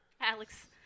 Alex